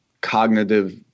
cognitive